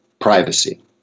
privacy